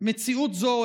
מציאות זו,